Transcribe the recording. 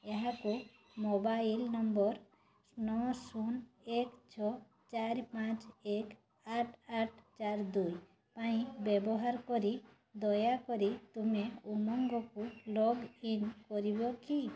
ଏହାକୁ mobile number ନଅ ଶୂନ ଏକ ଛଅ ଚାରି ପାଞ୍ଚ ଏକ ଆଠ ଆଠ ଚାରି ଦୁଇ ପାଇଁ ବ୍ୟବହାର କରି ଦୟାକରି ତୁମେ ଉମଙ୍ଗକୁ ଲଗ୍ଇନ କରିବ କି